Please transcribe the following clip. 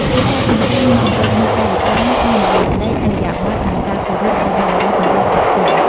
គ្រួសារខាងស្រី និងសង្កេតមើលកាយវិការ ការនិយាយស្តី ឥរិយាបថ និងការគោរពរបស់បុរសចំពោះចាស់ទុំ។